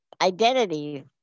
identities